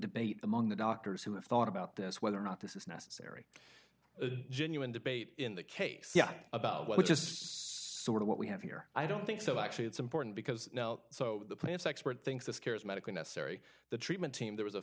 debate among the doctors who have thought about this whether or not this is necessary a genuine debate in the case about which is sort of what we have here i don't think so actually it's important because so the plants expert thinks this care is medically necessary the treatment team there was a